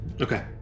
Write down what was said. Okay